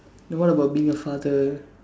then what about being a father